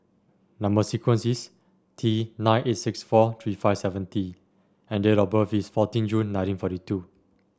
number sequence is T nine eight six four three five seven T and date of birth is fourteen June nineteen forty two